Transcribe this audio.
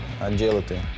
agility